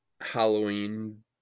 Halloween